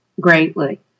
greatly